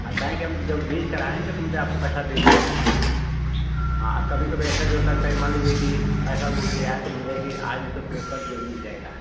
आज काहें कि हम जब बेचकर आऍंगे तो मतलब आपको पैसा दे देंगे हाँ कभी कभी ऐसा भी हो सकता है मान लीजिए कि पैसा उठ गया तो मतलब कि आज नहीं तो फिर कल जरूर मिल जाएगा